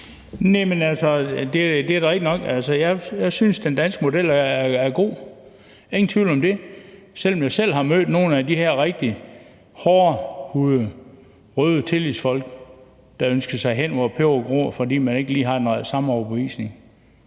Næh, men altså, det er da rigtigt nok. Jeg synes, at den danske model er god – ingen tvivl om det – selv om jeg selv har mødt nogle af de her rigtig hårdhudede røde tillidsfolk, der ønskede en hen, hvor peberet gror, fordi man ikke lige havde samme overbevisning.